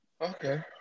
Okay